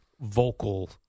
vocal